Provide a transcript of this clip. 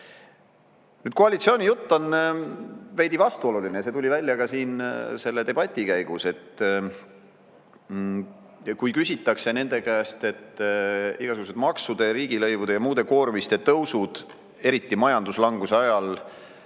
koalitsiooni jutt on veidi vastuoluline ja see tuli välja ka siin selle debati käigus. Kui küsitakse nende käest, et igasugused maksude ja riigilõivude ja muude koormiste tõusud, eriti majanduslanguse ajal,